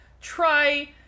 try